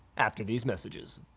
after these messages.